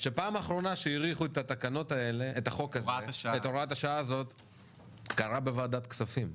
שפעם אחרונה שהאריכו את הוראת השעה הזאת הייתה בוועדת הכספים,